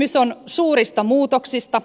kysymys on suurista muutoksista